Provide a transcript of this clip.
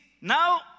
now